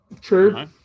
True